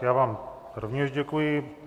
Já vám rovněž děkuji.